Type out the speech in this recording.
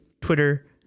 Twitter